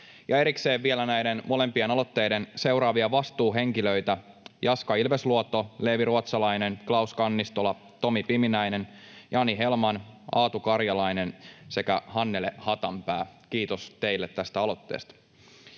ja erikseen vielä molempien aloitteiden seuraavia vastuuhenkilöitä: Jaska Ilvesluoto, Leevi Ruotsalainen, Klaus Kannistola, Tomi Piminäinen, Jani Hellman, Aatu Karjalainen sekä Hannele Hatanpää. Kiitos teille tästä aloitteesta.